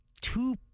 two